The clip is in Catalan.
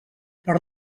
per